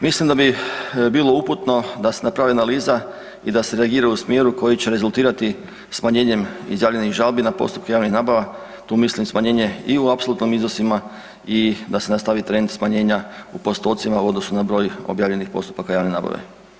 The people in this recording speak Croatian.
Mislim da bi bilo uputno da se napravi analiza i da se reagira u smjeru koji će rezultirati smanjenjem izjavljenih žalbi na postupke javnih nabava, tu mislim smanjenje i u apsolutnim iznosima i da se nastavi trend u postocima u odnosu na broj objavljenih postupaka javne nabave.